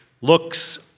looks